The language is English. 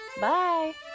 Bye